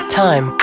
time